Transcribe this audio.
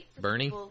Bernie